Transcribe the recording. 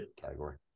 category